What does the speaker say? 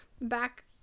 back